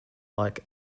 like